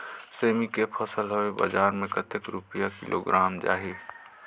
सेमी के फसल हवे बजार मे कतेक रुपिया किलोग्राम जाही?